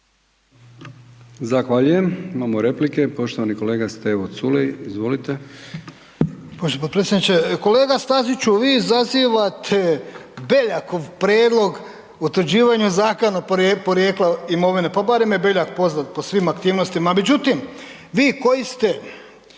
Zahvaljujem. Imamo replike poštovani kolega Stevo Culej. Izvolite. **Culej, Stevo (HDZ)** Poštovani potpredsjedniče. Kolega Staziću vi izazivate Beljakov prijedlog utvrđivanje Zakona o porijeklu imovine, pa barem je Beljak poznat po svim aktivnostima. Međutim, vi koji ste